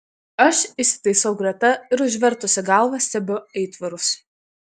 aš įsitaisau greta ir užvertusi galvą stebiu aitvarus